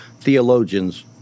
theologians